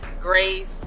grace